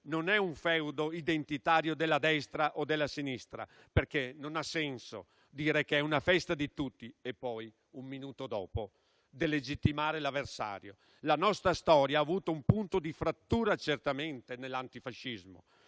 non è un feudo identitario della destra o della sinistra. Non ha senso dire che è una festa di tutti e poi un minuto dopo delegittimare l'avversario. La nostra storia ha avuto un punto di frattura certamente nell'antifascismo,